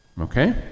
Okay